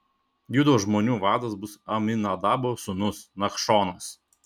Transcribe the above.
judo žmonių vadas bus aminadabo sūnus nachšonas